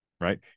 Right